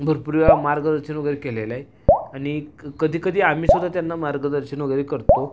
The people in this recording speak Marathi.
भरपूर वेळा मार्गदर्शन वगैरे केलेलं आहे आणिक कधी कधी आम्ही स्वतः त्यांना मार्गदर्शन वगैरे करतो